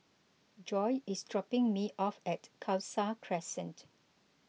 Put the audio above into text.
Joye is dropping me off at Khalsa Crescent